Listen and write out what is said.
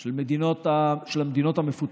של המדינות המפותחות,